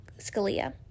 Scalia